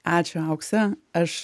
ačiū aukse aš